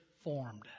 formed